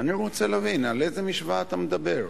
אני רוצה להבין, על איזה משוואה אתה מדבר?